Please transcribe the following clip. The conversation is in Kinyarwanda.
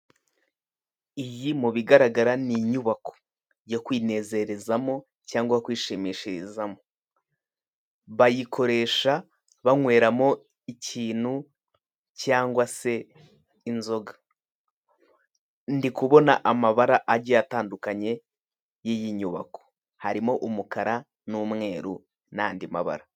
Iyi mu bigaragara ni inyubako yo kwinezerezamo cyangwa kwishimishirizamo, bayikoresha banyweramo ikintu cyangwa se inzoga. Ndi kubona amabara agiye atandukanye mu iyi nyubako, harimo umukara n'umweru n'andi mabara.